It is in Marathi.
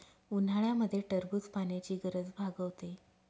उन्हाळ्यामध्ये टरबूज पाण्याची गरज भागवते